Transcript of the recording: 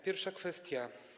Pierwsza kwestia.